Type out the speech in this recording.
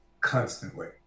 constantly